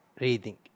reading